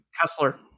Kessler